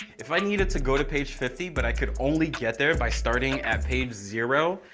if i needed to go to page fifty but i could only get there by starting at page zero,